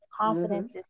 confidence